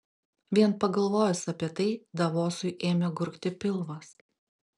vien pagalvojus apie tai davosui ėmė gurgti pilvas